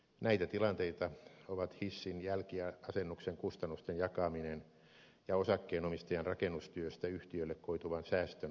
näitä tilanteita ovat hissin jälkiasennuksen kustannusten jakaminen ja osakkeenomistajan rakennustyöstä yhtiölle koituvan säästön huomioon ottaminen